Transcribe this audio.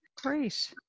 great